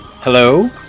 Hello